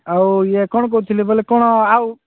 ଆଉ ଇଏ କ'ଣ କହୁଥିଲେ ବୋଲେ କ'ଣ ଆଉ